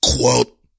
Quote